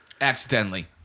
Accidentally